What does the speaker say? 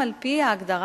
תודה.